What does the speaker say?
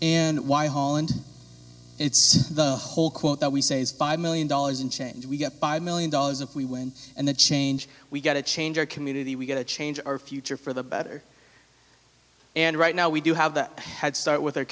and why hall and it's the whole quote that we say is five million dollars in change we get five million dollars if we win and the change we've got to change our community we've got to change our future for the better and right now we do have the head start with their